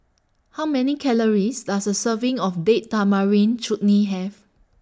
How Many Calories Does A Serving of Date Tamarind Chutney Have